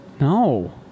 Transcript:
No